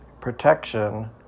protection